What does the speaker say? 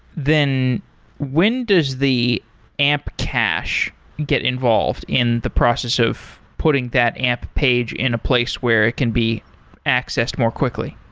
then when does the amp cache get involved in the process of putting that amp page in a place where it can be accessed more quickly?